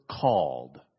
called